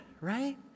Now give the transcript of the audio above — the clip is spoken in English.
right